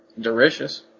Delicious